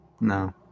no